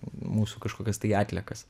mūsų kažkokias tai atliekas